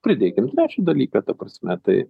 pridėkim trečią dalyką ta prasme tai